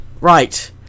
Right